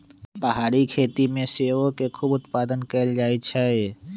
पहारी खेती में सेओ के खूब उत्पादन कएल जाइ छइ